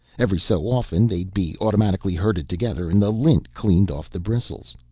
every so often they'd be automatically herded together and the lint cleaned off the bristles.